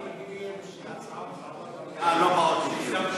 אנחנו מבינים שההצבעות במליאה לא באות לדיון.